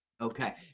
Okay